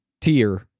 Tier